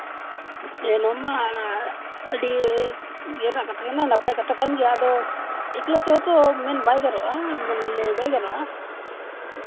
ᱦᱮᱸ ᱱᱚᱣᱟ ᱢᱟ ᱟᱹᱰᱤ ᱤᱭᱟᱹ ᱨᱮᱱᱟᱜ ᱠᱟᱛᱷᱟ ᱠᱟᱱᱟ ᱱᱟᱯᱟᱭ ᱠᱟᱛᱷᱟ ᱠᱟᱱ ᱜᱮᱭᱟ ᱟᱫᱚ ᱮᱠᱞᱟ ᱛᱮᱦᱚᱸ ᱛᱚ ᱢᱮᱱ ᱵᱟᱭ ᱜᱟᱱᱚᱜᱼᱟ ᱞᱟᱹᱭ ᱵᱟᱭ ᱜᱟᱱᱚᱜᱼᱟ